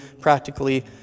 practically